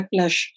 backlash